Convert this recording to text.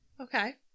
Okay